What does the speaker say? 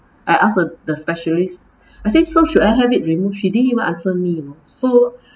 I ask her the specialist I say so should I have it removed she didn't even answer me you know so